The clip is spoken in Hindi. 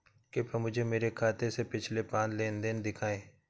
कृपया मुझे मेरे खाते से पिछले पांच लेन देन दिखाएं